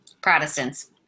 Protestants